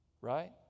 right